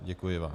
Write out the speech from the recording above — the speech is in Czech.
Děkuji vám.